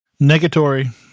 Negatory